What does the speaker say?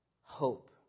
hope